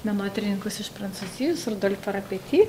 menotyrininkus iš prancūzijos rudolfą rapeti